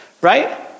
Right